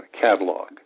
catalog